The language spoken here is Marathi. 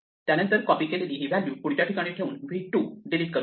त्यानंतर कॉपी केलेली ही व्हॅल्यू पुढच्या ठिकाणी ठेवून v 2 डिलीट करू या